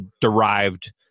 derived